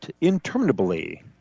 interminably